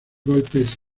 golpes